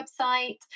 website